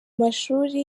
mashuri